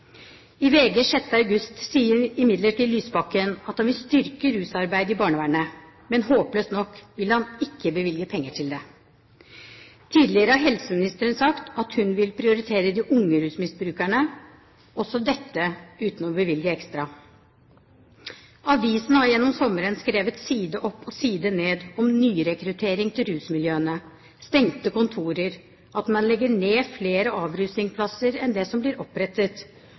I VG 6. august sier imidlertid Lysbakken at han vil styrke rusarbeidet i barnevernet, men håpløst nok vil han ikke bevilge penger til det. Tidligere har helseministeren sagt at hun vil prioritere de unge rusmisbrukerne, også dette uten å bevilge ekstra. Avisene har gjennom sommeren skrevet side opp og side ned om nyrekruttering til rusmiljøene, stengte kontorer, at man legger ned flere avrusningsplasser enn det som blir opprettet,